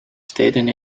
steden